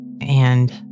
And